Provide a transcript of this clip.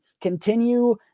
continue